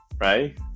right